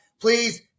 Please